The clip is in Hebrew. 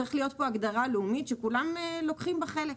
צריכה להיות פה הגדרה לאומית שכולם לוקחים בה חלק.